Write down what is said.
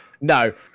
No